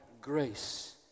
grace